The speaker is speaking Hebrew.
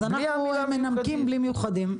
אז אנחנו מנמקים בלי מיוחדים.